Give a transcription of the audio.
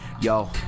Yo